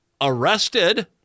arrested